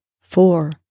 four